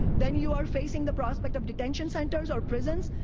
then you are facing the prospect of detention centers or presence.